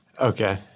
Okay